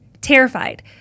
terrified